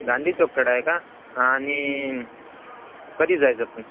गांधीचौककडं आहे का आणि कधी जायचं पण